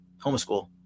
homeschool